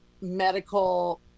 medical